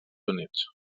units